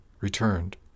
returned